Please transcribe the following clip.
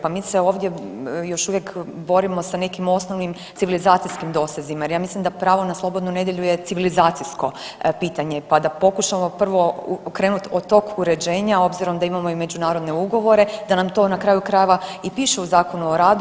Pa mi se ovdje još uvijek borimo sa nekim osnovnim civilizacijskim dosezima jer ja mislim da pravo na slobodnu nedjelju je civilizacijsko pitanje, pa da pokušamo prvo krenuti od tog uređenja, a obzirom da imamo i međunarodne ugovore da nam to na kraju krajeva i piše u Zakonu o radu.